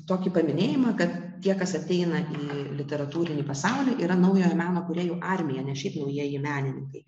tokį paminėjimą kad tie kas ateina į literatūrinį pasaulį yra naujojo meno kūrėjų armija ne šiaip naujieji menininkai